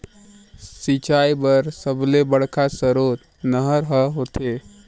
सिंचई बर सबले बड़का सरोत नहर ह होथे